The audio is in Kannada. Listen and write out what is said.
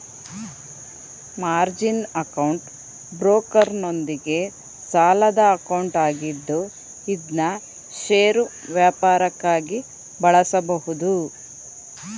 ಮಾರ್ಜಿನ್ ಅಕೌಂಟ್ ಬ್ರೋಕರ್ನೊಂದಿಗೆ ಸಾಲದ ಅಕೌಂಟ್ ಆಗಿದ್ದು ಇದ್ನಾ ಷೇರು ವ್ಯಾಪಾರಕ್ಕಾಗಿ ಬಳಸಬಹುದು